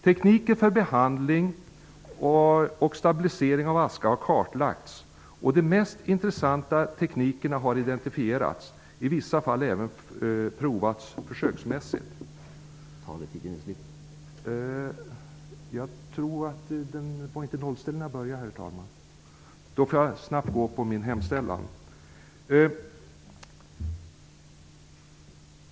Tekniker för behandling och stabilisering av aska har kartlagts, och de mest intressanta teknikerna har identifierats, i vissa fall även provats försöksmässigt.